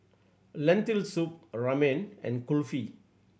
Lentil Soup Ramen and Kulfi